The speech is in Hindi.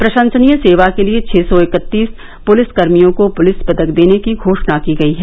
प्रशंसनीय सेवा के लिए छः सौ इकतीस पुलिस कर्मियों को पुलिस पदक देने की घोषणा की गई है